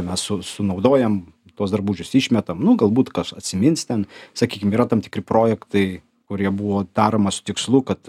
mes su sunaudojam tuos drabužius išmetam nu galbūt kas atsimins ten sakykim yra tam tikri projektai kurie buvo daroma su tikslu kad